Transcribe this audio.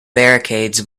barricades